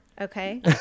okay